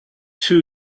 too